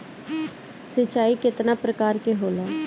सिंचाई केतना प्रकार के होला?